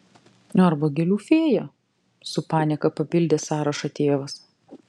arba gėlių fėja su panieka papildė sąrašą tėvas